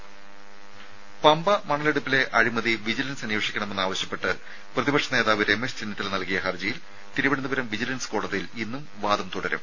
രേര മണലെടുപ്പിലെ അഴിമതി വിജിലൻസ് പമ്പ അന്വേഷിക്കണമെന്ന് ആവശ്യപ്പെട്ട് പ്രതിപക്ഷ നേതാവ് രമേശ് ചെന്നിത്തല നൽകിയ ഹർജിയിൽ തിരുവനന്തപുരം വിജിലൻസ് കോടതിയിൽ ഇന്നും വാദം തുടരും